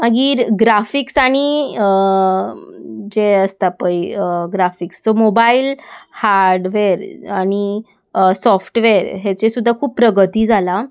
मागीर ग्राफिक्स आनी जे आसता पय ग्राफिक्स सो मोबायल हार्डवेर आनी सॉफ्टवॅर हेचे सुद्दां खूब प्रगती जाला